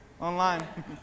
online